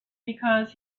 because